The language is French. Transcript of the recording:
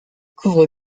couvre